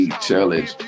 challenge